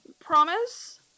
Promise